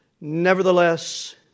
nevertheless